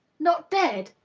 not dead!